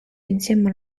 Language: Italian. insieme